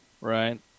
right